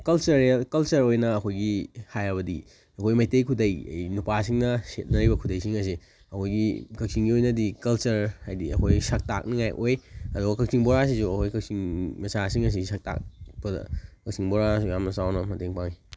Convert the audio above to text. cultural culture ꯑꯣꯏꯅ ꯑꯩꯈꯣꯏꯒꯤ ꯍꯥꯏꯔꯕꯗꯤ ꯑꯩꯈꯣꯏ ꯃꯩꯇꯩ ꯈꯨꯗꯩ ꯅꯨꯄꯥꯁꯤꯡꯅ ꯁꯦꯠꯅꯔꯤꯕ ꯈꯨꯗꯩꯁꯤꯡ ꯑꯁꯤ ꯑꯩꯈꯣꯏꯒꯤ ꯀꯥꯛꯆꯤꯡꯒꯤ ꯑꯣꯏꯅꯗꯤ ꯀꯜꯆꯔ ꯍꯥꯏꯗꯤ ꯑꯩꯈꯣꯏꯒꯤ ꯁꯛ ꯇꯥꯛꯅꯤꯡꯉꯥꯏ ꯑꯣꯏ ꯑꯗꯨꯒ ꯀꯥꯛꯆꯤꯡ ꯕꯣꯔꯥꯁꯤꯁꯨ ꯑꯩꯈꯣꯏ ꯀꯥꯛꯆꯤꯡ ꯃꯆꯥꯁꯤꯡ ꯑꯁꯤ ꯁꯛ ꯇꯥꯛꯄꯗ ꯀꯥꯛꯆꯤꯡ ꯕꯣꯔꯥꯁꯨ ꯌꯥꯝꯅ ꯆꯥꯎꯅ ꯃꯇꯦꯡ ꯄꯥꯡꯉꯤ